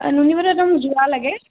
নুনী পাটৰ একদম যোৰা লাগে